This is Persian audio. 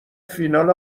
فینال